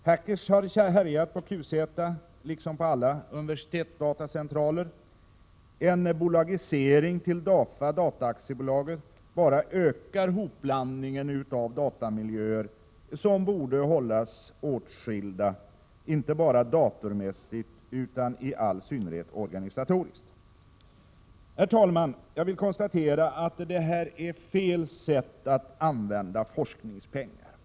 Hackers har härjat på QZ liksom på alla universitetsdatacentraler. En bolagisering till DAFA Data AB bara ökar hopblandningen av datamiljöer som borde hållas åtskilda, inte bara datormässigt utan i all synnerhet organisatoriskt. Herr talman! Jag vill konstatera att det här är ett felaktigt sätt att använda forskningspengar.